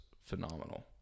phenomenal